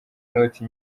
noti